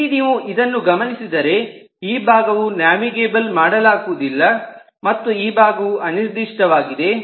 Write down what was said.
ಇಲ್ಲಿ ನೀವು ಇದನ್ನು ಗಮನಿಸಿದರೆ ಈ ಭಾಗವು ನ್ಯಾವಿಗೇಬಲ್ ಮಾಡಲಾಗುವುದಿಲ್ಲ ಮತ್ತು ಈ ಭಾಗವು ಅನಿರ್ದಿಷ್ಟವಾಗಿದೆ